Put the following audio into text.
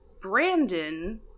Brandon